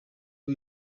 rwa